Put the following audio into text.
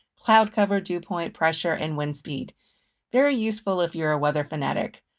cloud cover, dew point pressure, and wind speed very useful if you're a weather fanatic.